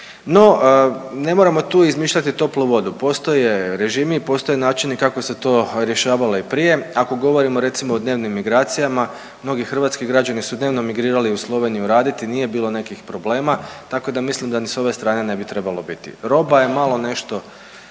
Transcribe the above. No, ne moramo tu izmišljati toplu vodu, postoje režimi i postoje načini kako se to rješavalo i prije. Ako govorimo recimo o dnevnim migracijama, mnogi hrvatski građani su dnevno migrirali u Sloveniju raditi i nije bilo nekih problema tako da mislim da ni s ove strane ne bi trebalo biti. Roba je nešto